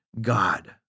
God